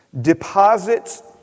Deposits